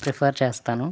prefer చేస్తాను